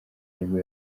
nibwo